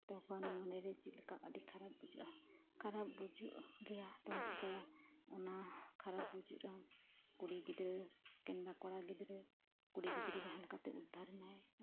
ᱛᱚᱠᱷᱚᱱ ᱢᱚᱱᱮᱨᱮ ᱪᱮᱫ ᱞᱮᱠᱟ ᱟᱹᱰᱤ ᱠᱷᱟᱨᱟᱯ ᱵᱩᱡᱷᱟᱹᱜᱼᱟ ᱠᱷᱟᱨᱟᱯ ᱵᱩᱡᱩᱜ ᱜᱮᱭᱟ ᱟᱫᱚᱢ ᱪᱤᱠᱟᱹᱭᱟ ᱚᱱᱟ ᱠᱷᱟᱨᱟᱯ ᱵᱩᱡᱩᱜ ᱨᱮᱦᱚᱸ ᱠᱩᱲᱤ ᱜᱤᱫᱽᱨᱟᱹ ᱠᱤᱝᱵᱟ ᱠᱚᱲᱟ ᱜᱤᱫᱽᱨᱟᱹ ᱠᱩᱲᱤ ᱜᱤᱫᱽᱨᱟᱹ ᱡᱟᱦᱟᱸ ᱞᱮᱠᱟᱛᱮ ᱩᱫᱽᱫᱷᱟᱨᱱᱟᱭ